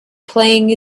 playing